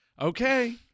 Okay